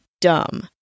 dumb